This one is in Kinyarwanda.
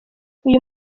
uyu